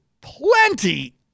plenty